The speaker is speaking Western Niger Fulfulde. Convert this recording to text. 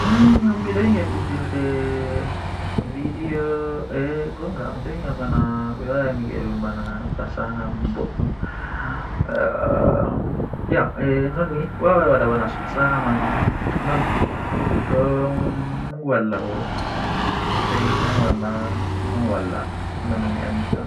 Wakkati mi wiyata mi heɓi sa'a masin kannjum woni Ko ɓeɓe woni ngam miɗo njogii warta, ɗum ɓurɗo laabi yimɓe, ngam jeydi taƴre kala so tawii mi yahi woni kadi ngal. Kadi, ko waɗi keɓeere ngal heɓaade waawugol sabu miɓe njogii yimɓe tawii mi waawataa heddii goɗɗum laawol goɗɗum.